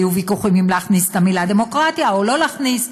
היו ויכוחים אם להכניס את המילה דמוקרטיה או לא להכניס,